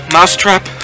Mousetrap